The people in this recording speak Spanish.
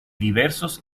diversos